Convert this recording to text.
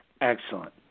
Excellent